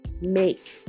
make